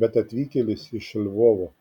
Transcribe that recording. bet atvykėlis iš lvovo